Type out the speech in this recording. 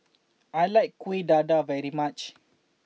I like Kuih Dadar very much